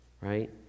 right